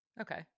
Okay